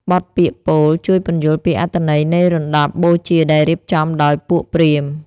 បទពាក្យពោលជួយពន្យល់ពីអត្ថន័យនៃរណ្ដាប់បូជាដែលរៀបចំដោយពួកព្រាហ្មណ៍។